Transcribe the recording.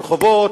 ברחובות,